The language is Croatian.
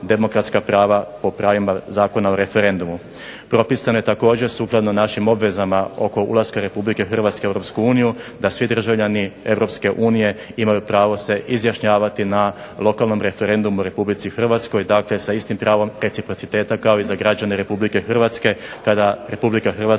demokratska prava po pravima Zakona o referendumu. Propisano je također sukladno našim obvezama oko ulaska RH u EU da svi državljani EU imaju pravo se izjašnjavati na lokalnom referendumu u RH dakle sa istim pravom reciprociteta kao i za građane RH kada RH postane